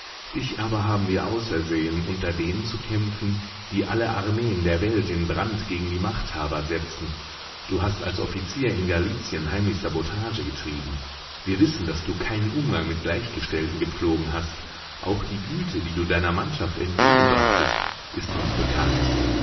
dich aber haben wir ausersehen unter denen zu kämpfen die alle armeen der welt in brand gegen die machthaber setzen du hast als offizier in galizien heimlich sabotage getrieben wir wissen daß du keinen umgang mit gleichgestellten gepflogen hast auch die güte die du deiner mannschaft entgegenbrachtest ist uns bekannt